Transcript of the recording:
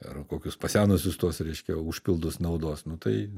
ar kokius pasenusius tuos reiškia užpildus naudos nu tai